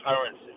currency